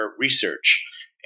research